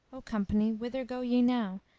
o company, whither go ye now,